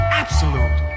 absolute